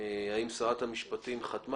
תתחילו אתם עם התיאור של ההתנהלות